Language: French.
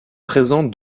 présente